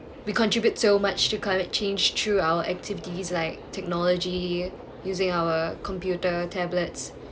we contribute so much to climate change through our activities like technology using our computer tablets